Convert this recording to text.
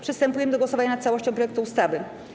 Przystępujemy do głosowania nad całością projektu ustawy.